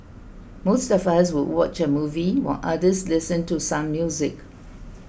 most of us would watch a movie while others listen to some music